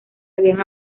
habían